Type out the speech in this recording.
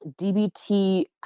DBT